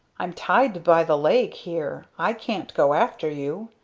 i'm tied by the leg here i can't go after you.